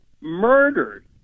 murdered